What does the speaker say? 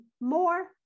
more